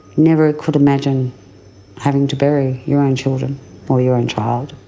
never could imagine having to bury your own children or your own child.